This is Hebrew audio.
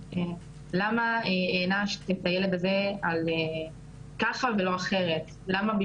הוא קיבל כוח עצום מכך שהוא רואה אותי